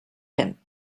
him